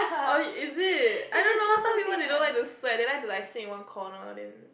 oh is it I don't know some people they don't like to sweat they like to like sit in one corner then